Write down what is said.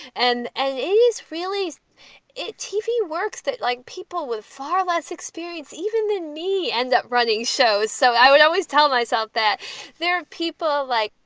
and and he's frehley's it tv works that like people with far less experience even than me, end up running shows. so i would always tell myself that there are people like,